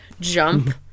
Jump